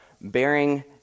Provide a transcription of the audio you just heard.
bearing